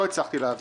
לא הצלחתי להבין.